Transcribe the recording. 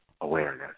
awareness